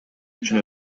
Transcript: үчүн